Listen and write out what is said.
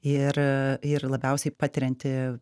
ir ir labiausiai patirianti